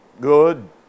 Good